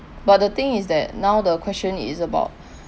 but the thing is that now the question is about